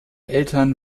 eltern